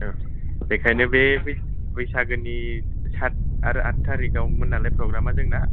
औ बेखायनो बे बैसागु बैसागुनि सात आरो आट थारिगावमोन नालाय फग्रामा जोंना